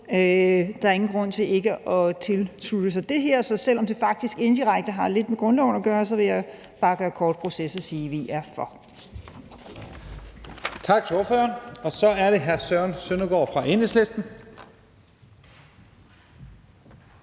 Der er ingen grund til ikke at tilslutte sig det her, så selv om det faktisk indirekte har lidt med grundloven at gøre, vil jeg bare gøre kort proces og sige, at vi er for forslaget. Kl. 21:00 Første næstformand (Leif